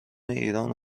ایران